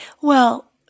Well-